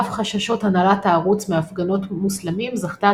על אף חששות הנהלת הערוץ מהפגנות מוסלמים זכתה